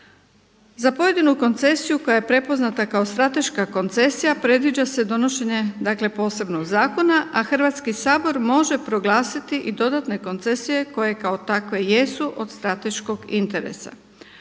Za pojedinu koncesiju koja je prepoznata kao strateška koncesija predviđa se donošenje posebnog zakona, a Hrvatski sabor može proglasiti i dodatne koncesije koje kao takve jesu od strateškog interesa.